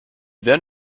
then